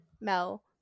Mel